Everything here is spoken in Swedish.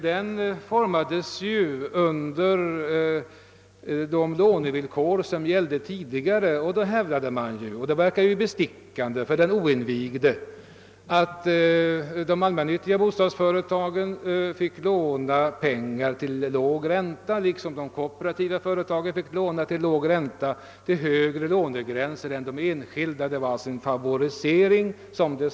Den utformades under en tid då andra lånevillkor gällde. Man hävdade då, och det verkade ju bestickande för den oinvigde, att de allmännyttiga och de kooperativa bostadsföretagen kunde låna pengar till lägre ränta och upp till högre lånegränser än vad enskilda företag kunde göra. Det innebar en favorisering, sade man.